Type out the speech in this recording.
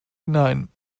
hinein